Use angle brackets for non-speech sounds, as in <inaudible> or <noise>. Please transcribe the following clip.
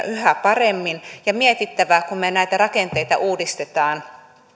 <unintelligible> yhä paremmin ja mietittävä kun me näitä rakenteita uudistamme